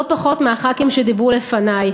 לא פחות מלחברי הכנסת שדיברו לפני.